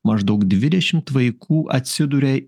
maždaug dvidešimt vaikų atsiduria